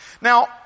Now